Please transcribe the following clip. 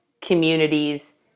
communities